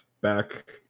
back